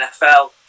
NFL